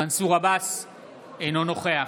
אינו נוכח